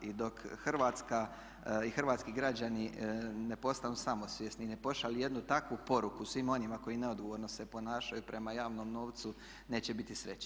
I dok Hrvatska i hrvatski građani ne postanu samosvjesni i ne pošalju jednu takvu poruku svim onima koji neodgovorno se ponašaju prema javnom novcu neće biti sreće.